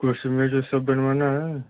कुर्सी मेज़ ओज़ सब बनवाना है